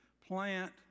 plant